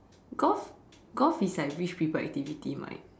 golf golf is like rich people activity mate